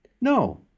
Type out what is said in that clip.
No